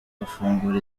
bafungura